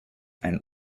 ein